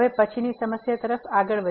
હવે પછીની સમસ્યા તરફ આગળ વધીએ